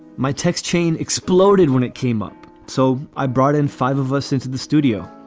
my text chain exploded when it came up, so i brought in five of us into the studio.